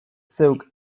zeuk